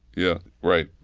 yeah. right.